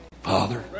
Father